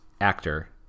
actor